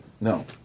No